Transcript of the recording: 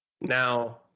Now